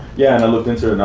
yeah, and i looked into it. and